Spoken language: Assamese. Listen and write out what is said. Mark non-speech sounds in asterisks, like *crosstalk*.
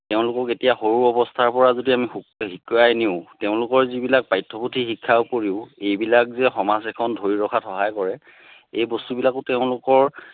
তেওঁলোকক এতিয়া সৰু অৱস্থাৰপৰা যদি আমি *unintelligible* শিকাই নিওঁ তেওঁলোকৰ যিবিলাক পাঠ্যপুথিৰ শিক্ষাৰ উপৰিও এইবিলাক যে সমাজ এখন ধৰি ৰখাত সহায় কৰে এই বস্তুবিলাকো তেওঁলোকৰ